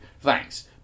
Thanks